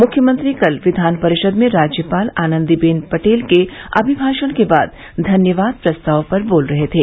मुख्यमंत्री कल विधान परिषद में राज्यपाल आनन्दीबेन पटेल के अमिभाषण के धन्यवाद प्रस्ताव पर बोल रहे थे